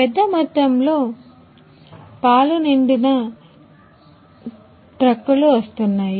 పెద్దమొత్తంలో పాలు నిండిన ట్రక్కులు వస్తున్నాయి